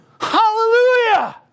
Hallelujah